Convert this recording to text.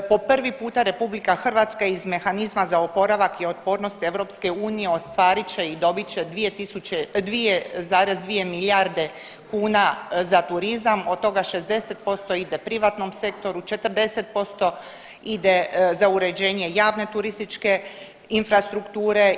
Po prvi puta RH iz mehanizma za oporavak i otpornost EU ostvarit će i dobit će 2.000, 2,2 milijarde kuna za turizam, od toga 60% ide privatnom sektoru, 40% ide za uređenje javne turističke infrastrukture.